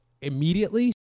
immediately